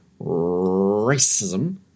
racism